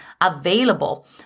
available